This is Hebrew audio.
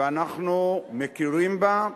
ואנחנו מכירים בה.